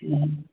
ம்